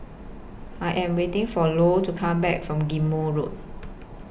I Am waiting For Lou to Come Back from Ghim Moh Road